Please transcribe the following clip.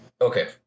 Okay